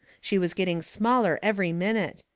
she was getting smaller every minute.